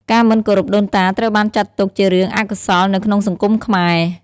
ការមិនគោរពដូនតាត្រូវបានចាត់ទុកជារឿងអកុសលនៅក្នុងសង្គមខ្មែរ។